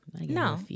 No